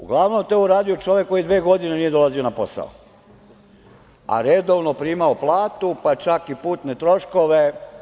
Uglavnom je to uradio čovek koji dve godine nije dolazio na posao, a redovno primao platu, pa čak i putne troškove.